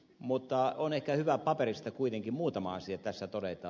mutta on ehkä hyvä paperista kuitenkin muutama asia tässä todeta